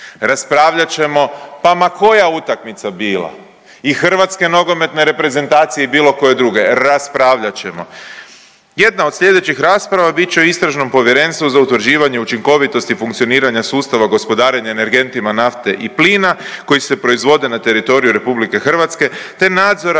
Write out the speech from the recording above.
Raspravljat ćemo pa ma koja utakmica bila i hrvatske nogometne reprezentacije i bilo koje druge, raspravljat ćemo. Jedna od sljedećih rasprava bit će o Istražnom povjerenstvu za utvrđivanje učinkovitosti funkcioniranja sustava gospodarenja energentima nafte i plina koji se proizvode na teritoriju Republike Hrvatske, te nadzora